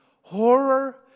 horror